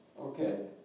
Okay